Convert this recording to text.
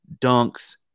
dunks